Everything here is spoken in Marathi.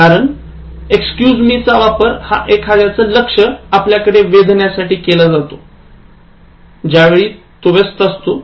कारण excuse me चा वापर हा एखाद्याच लक्ष आपल्याकडे वेधण्यासाठी केला जातोज्यावेळी तो व्यस्त असतो